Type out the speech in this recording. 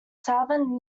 southern